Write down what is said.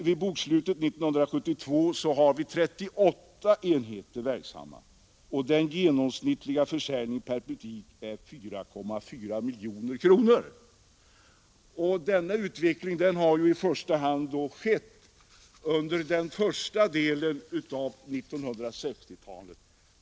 Vid bokslutet 1972 har vi 38 enheter verksamma, och den genomsnittliga försäljningen per butik är 4,4 miljoner kronor. Denna utveckling har i första hand skett under förra delen av 1960-talet.